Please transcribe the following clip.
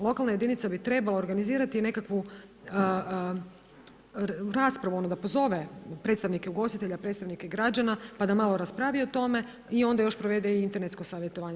Lokalna jedinica bi trebala organizirati nekakvu raspravu, da pozove predstavnike ugostitelja, predstavnike građana, pa da malo raspravi o tome i onda još provede i internetsko savjetovanje.